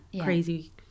crazy